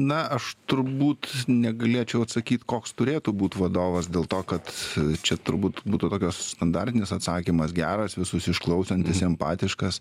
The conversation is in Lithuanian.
na aš turbūt negalėčiau atsakyt koks turėtų būt vadovas dėl to kad čia turbūt būtų tokios standartinis atsakymas geras visus išklausantis empatiškas